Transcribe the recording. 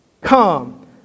Come